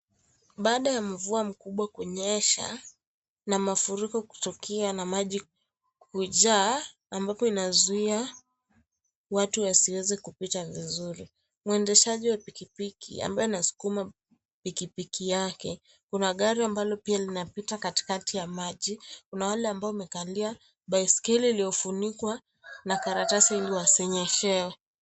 Baada ya mvua kubwa kunyesha na mafuriko kutukia na maji kujaa, ambapo inazuia watu wasiweze kupita vizuri. Mwendeshaji wa pikipiki ambaye anasukuma pikipiki yake. Kuna gari ambalo pia linapita katikati ya maji. Kuna wale ambao wamekalia baiskeli iliyofunikwa na karatasi ili wasinyeshewe.